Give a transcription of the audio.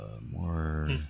More